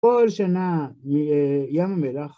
‫כל שנה, ים המלח...